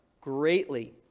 greatly